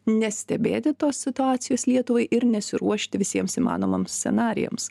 nestebėti tos situacijos lietuvai ir nesiruošti visiems įmanomams scenarijams